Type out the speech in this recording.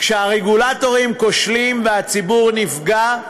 כשהרגולטורים כושלים והציבור נפגע,